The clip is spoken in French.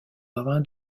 marin